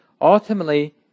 Ultimately